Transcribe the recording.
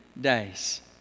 days